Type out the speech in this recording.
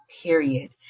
period